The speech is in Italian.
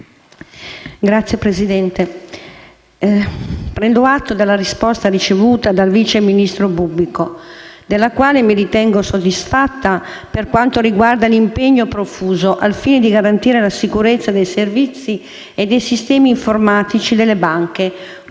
Signor Presidente, prendo atto della risposta ricevuta dal vice ministro Bubbico, per la quale mi ritengo soddisfatta per quanto riguarda l'impegno profuso al fine di garantire la sicurezza dei servizi e dei sistemi informatici delle banche